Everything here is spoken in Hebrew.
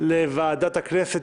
לוועדת הכנסת?